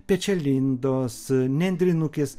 pečialindos nendrinukės